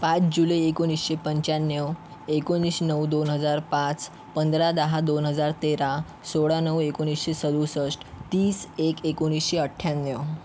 पाच जुलै एकोणिसशे पंचाण्णव एकोणीस नऊ दोन हजार पाच पंधरा दहा दोन हजार तेरा सोळा नऊ एकोणीसशे सदूसष्ट तीस एक एकोणिसशे अठ्ठ्याण्णव